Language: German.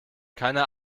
keiner